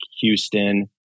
Houston